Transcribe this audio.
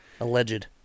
Alleged